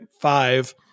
five